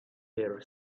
their